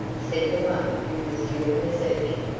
said the one who was doing the searching.